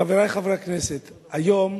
חברי חברי הכנסת, היום